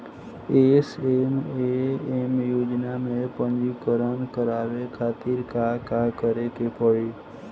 SMAM योजना में पंजीकरण करावे खातिर का का करे के पड़ी?